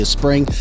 spring